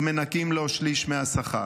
אז מנכים לו שליש מהשכר,